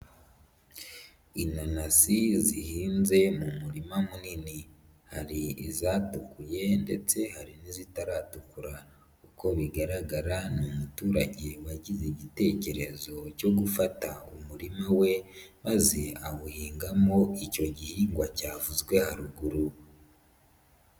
Inanasi zihinze mu murima munini hari izatukuye ndetse hari n'izitaratukura, uko bigaragara ni umuturage wagize igitekerezo cyo gufata umurima we maze awuhingamo icyo gihingwa cyavuzwe haruguru.